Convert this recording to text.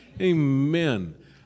Amen